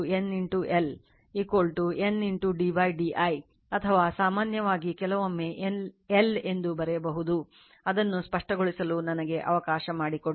ಮತ್ತು L N L N d d i ಅಥವಾ ಸಾಮಾನ್ಯವಾಗಿ ಕೆಲವೊಮ್ಮೆ L ಎಂದು ಬರೆಯಬಹುದು ಅದನ್ನು ಸ್ಪಷ್ಟಗೊಳಿಸಲು ನನಗೆ ಅವಕಾಶ ಮಾಡಿಕೊಡಿ